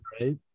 right